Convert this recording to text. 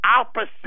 opposite